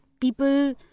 people